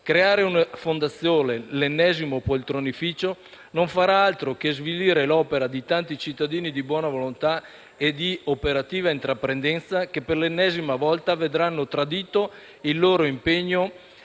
Creare le fondazioni o l'ennesimo poltronificio non farà altro che svilire l'opera di tanti cittadini di buona volontà e di operativa intraprendenza che, per l'ennesima volta, vedranno tradito il loro impegno